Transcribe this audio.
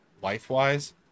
life-wise